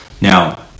Now